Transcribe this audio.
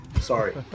Sorry